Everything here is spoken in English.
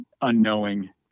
unknowing